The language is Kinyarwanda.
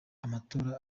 amatora